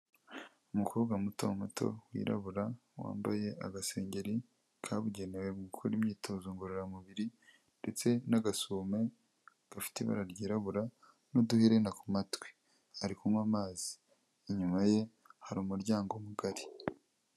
Umukobwa muto muto wirabura wambaye agasengeri kabugenewe mu gukora imyitozo ngororamubiri ndetse n'agasume gafite ibara ryirabura n'uduherena ku matwi ari kunywa amazi, inyuma ye hari umuryango mugari.